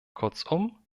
kurzum